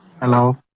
Hello